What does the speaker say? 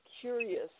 curious